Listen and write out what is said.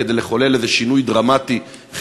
כדי לחולל איזה שינוי חברתי דרמטי יש